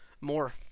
more